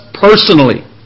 personally